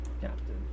Captain